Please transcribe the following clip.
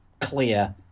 clear